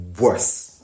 worse